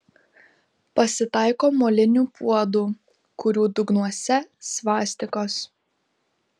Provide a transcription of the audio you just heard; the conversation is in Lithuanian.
pasitaiko molinių puodų kurių dugnuose svastikos